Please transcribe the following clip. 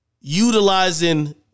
utilizing